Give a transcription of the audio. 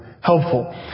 helpful